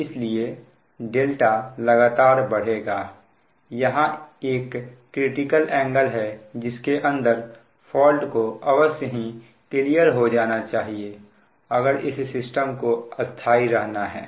इसलिए δ लगातार बढ़ेगा यहां एक क्रिटिकल एंगल है जिसके अंदर फॉल्ट को अवश्य ही क्लियर हो जाना चाहिए अगर इस सिस्टम को स्थाई रहना है